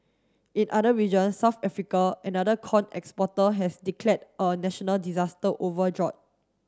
in other regions South Africa another corn exporter has declared a national disaster over drought